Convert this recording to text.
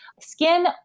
Skin